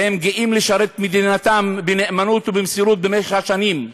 והם גאים לשרת את מדינתם בנאמנות ובמסירות במשך השנים.